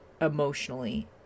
emotionally